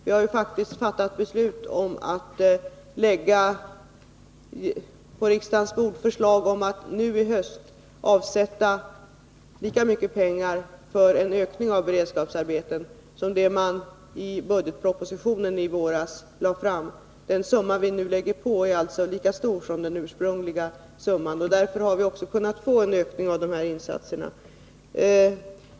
Vi har faktiskt fattat beslut om att lägga förslag på riksdagens bord om att nu i höst avsätta lika mycket pengar för en ökning av beredskapsarbetena som den summa regeringen föreslog i budgetpropositionen i våras. Det belopp vi nu lägger på är alltså lika stort som det som ursprungligen anvisades. Därför har vi också kunnat få en ökning av insatserna.